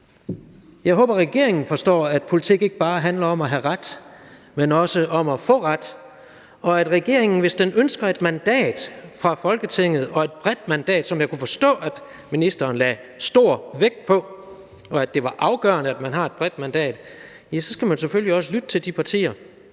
meget gerne må høre efter – at politik ikke bare handler om at have ret, men også om at få ret, og at regeringen, hvis den ønsker et mandat fra Folketinget, og endda et bredt mandat, som jeg kunne forstå at ministeren lagde stor vægt på var afgørende, selvfølgelig også skal lytte til de partier